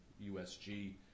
USG